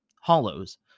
hollows